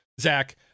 Zach